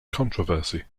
controversy